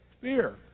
Fear